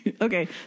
okay